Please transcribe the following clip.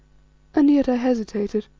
and yet i hesitated.